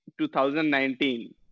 2019